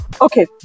Okay